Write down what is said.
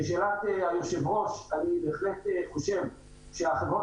לשאלת היושב-ראש אני בהחלט חושב שהחברות